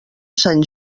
sant